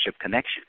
connection